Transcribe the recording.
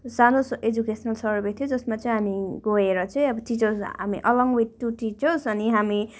सानो educational survey थियो जसमा चाहिँ हामी गएर चाहिँ अब टिचर्स हामी एलङ विथ टु टिचर्स अनि हामी